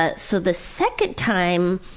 ah so the second time.